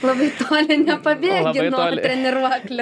labai toli nepabėgi nuo treniruoklių